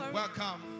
welcome